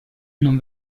non